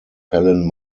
helen